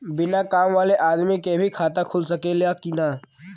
बिना काम वाले आदमी के भी खाता खुल सकेला की ना?